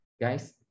Guys